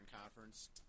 Conference